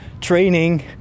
training